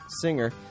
singer